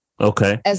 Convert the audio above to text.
Okay